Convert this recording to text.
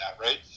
right